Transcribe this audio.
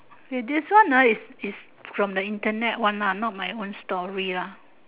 with this one ah is is from the internet one ah not my own story lah